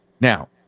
now